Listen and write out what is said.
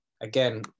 again